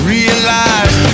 Realize